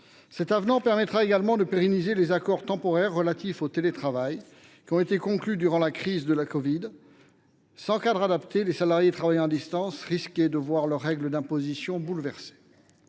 Cet avenant contribuera également à pérenniser les accords temporaires relatifs au télétravail qui ont été conclus durant la crise du covid 19. Sans cadre adapté, les salariés travaillant à distance risquaient de voir leurs règles d’imposition bouleversées.